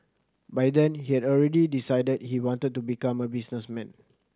by then he had already decided he wanted to become a businessman